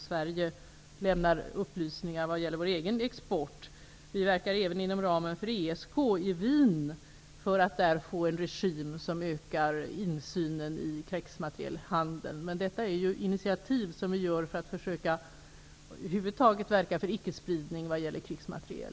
Sverige lämnar upplysningar vad gäller vår egen export. Vi verkar även inom ramen för ESK i Wien för att där få en regim som ökar insynen i krigsmaterielhandeln. Men detta är initiativ som vi tar för att över huvud taget försöka verka för ickespridning vad gäller krigsmateriel.